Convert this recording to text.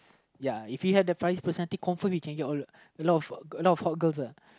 ya if he have that Faris personality confirm he get a lot of hot girls uh